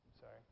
sorry